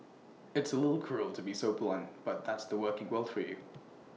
it's A little cruel to be so blunt but that's the working world for you